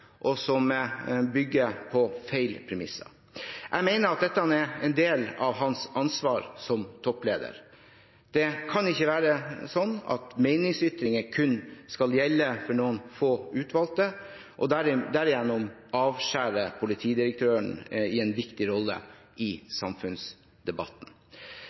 og som bygger på feil premisser. Jeg mener at dette er en del av hans ansvar som toppleder. Det kan ikke være sånn at meningsytringer kun skal gjelde for noen få utvalgte, og at man derigjennom skal avskjære politidirektøren i en viktig rolle